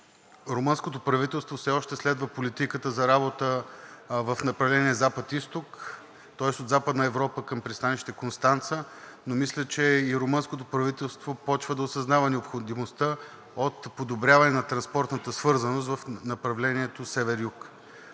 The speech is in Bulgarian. румънското правителство все още следва политиката за работа в направление запад – изток, тоест от Западна Европа към пристанище „Констанца“. Мисля, че и румънското правителство почва да осъзнава необходимостта от подобряване на транспортната свързаност в направлението север